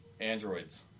Androids